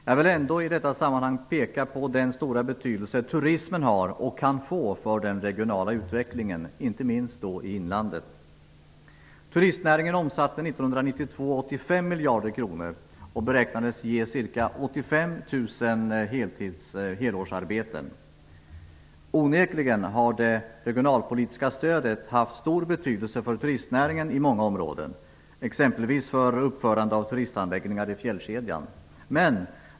Jag vill ändå i detta sammanhang peka på den stora betydelse turismen har och kan få för den regionala utvecklingen, inte minst i inlandet. Turistnäringen omsatte 1992 85 helårsarbeten. Onekligen har det regionalpolitiska stödet haft stor betydelse för turistnäringen i många områden, exempelvis för uppförande av turistanläggningar i fjällkedjan.